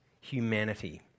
humanity